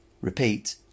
Repeat